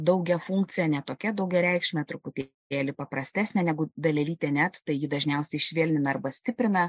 daugiafunkcė ne tokia daugiareikšmė truputėlį paprastesnė negu dalelytė net tai ji dažniausiai švelnina arba stiprina